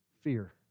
Fear